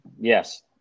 Yes